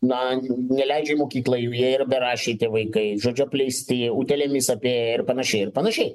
na neleidžia į mokyklą jų yra beraščiai tie vaikai žodžiu apleisti utėlėmis apėję ir panašiai ir panašiai